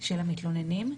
של המתלוננים,